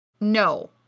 No